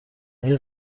اگه